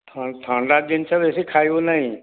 ଥଣ୍ଡା ଜିନିଷ ବେଶୀ ଖାଇବୁ ନାହିଁ